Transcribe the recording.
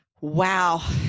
wow